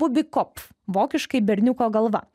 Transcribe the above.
bubikopf vokiškai berniuko galva